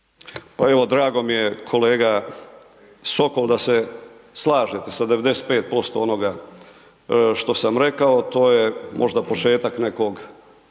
Pa evo drago mi je kolega Sokol da se slažete sa 95% onoga što sam rekao a to je možda početak nekog